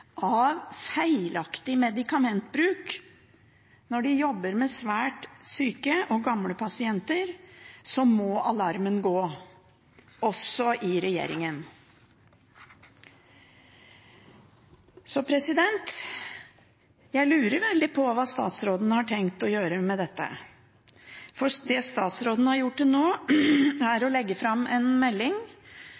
av feilaktig medikamentbruk når de jobber med svært syke og gamle pasienter, må alarmen gå også i regjeringen. Jeg lurer veldig på hva statsråden har tenkt å gjøre med dette. Det statsråden har gjort til nå, er